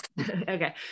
Okay